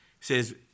says